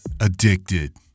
addicted